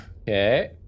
Okay